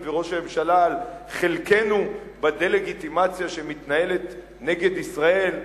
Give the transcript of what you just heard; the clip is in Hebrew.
ונגד ראש הממשלה על חלקנו בדה-לגיטימציה שמתנהלת נגד ישראל,